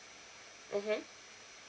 mmhmm